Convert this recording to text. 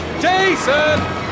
Jason